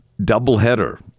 doubleheader